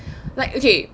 like okay